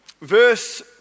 verse